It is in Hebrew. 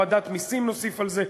הורדת מסים נוסיף על זה,